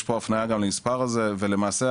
יש הפניה גם למוקד המדובר ולמעשה,